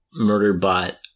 Murderbot